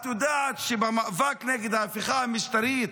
את יודעת שבמאבק נגד ההפיכה המשטרית,